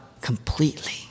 completely